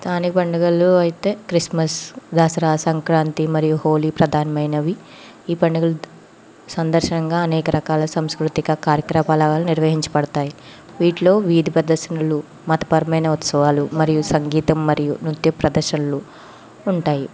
స్థానిక పండుగలు అయితే క్రిస్మస్ దసరా సంక్రాంతి మరియు హోలీ ప్రధానమైనవి ఈ పండుగల సందర్శనంగా అనేక రకాల సంస్కృతిక కార్యకలాపాలు నిర్వహించబడతాయి వీటిలో వీధి ప్రదర్శనలు మతపరమైన ఉత్సవాలు మరియు సంగీతం మరియు నృత్య ప్రదర్శనలు ఉంటాయి